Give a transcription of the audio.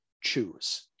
choose